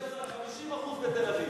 50% בתל-אביב.